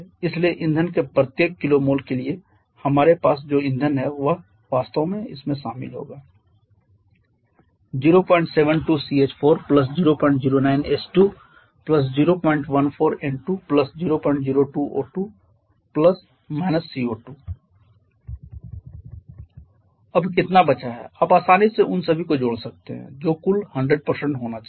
इसलिए ईंधन के प्रत्येक kmol के लिए हमारे पास जो ईंधन है वह वास्तव में इसमें शामिल होगा 072 CH4 009 H2 014 N2 002 O2 CO2 अब कितना बचा है आप आसानी से उन सभी को जोड़ सकते हैं जो कुल 100 होना चाहिए